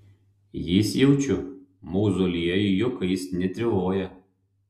jis jaučiu mauzoliejuj juokais netrivoja